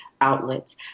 outlets